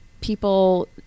people